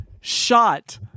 shot